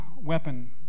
weapon